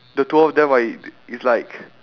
the two of them right it's like